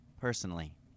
personally